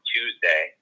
Tuesday